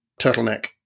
turtleneck